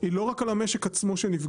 היא לא רק על המשק עצמו שנפגע,